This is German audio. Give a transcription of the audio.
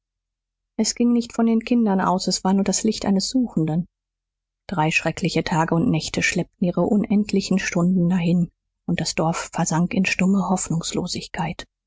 es ging nicht von den kindern aus es war nur das licht eines suchenden drei schreckliche tage und nächte schleppten ihre unendlichen stunden dahin und das dorf versank in stumme hoffnungslosigkeit